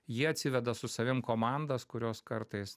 ji atsiveda su savim komandas kurios kartais